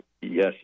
yes